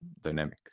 dynamic